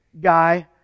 guy